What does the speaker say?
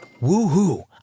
Woo-hoo